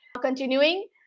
Continuing